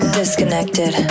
disconnected